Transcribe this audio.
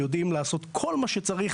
יודעים לעשות כל מה שצריך.